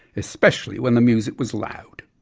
especially when the music was loud.